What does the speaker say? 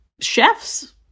chefs